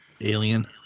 Alien